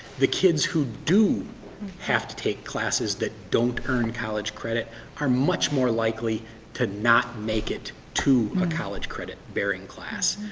the kids who do have to take classes that don't earn college credit are much more likely to not make it to a college credit bearing class.